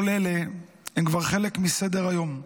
כל אלה הם כבר חלק מסדר- היום,